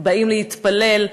באים להתפלל,